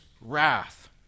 wrath